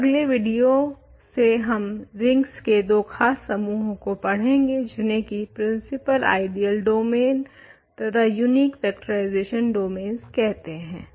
और अगले विडियो से हम रिंग्स के दो ख़ास समूहों को पढेंगे जिन्हें की प्रिंसिपल आइडियल डोमेन तथा यूनिक फक्टोराइज़ेशन डोमेन्स कहते हैं